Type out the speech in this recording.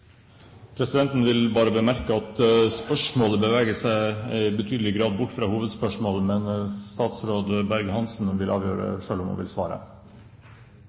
Presidenten vil bemerke at spørsmålet beveger seg i betydelig grad bort fra hovedspørsmålet, men statsråd Berg-Hansen må selv avgjøre om hun vil svare.